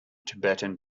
tibetan